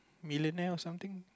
millionaire or something